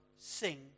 sing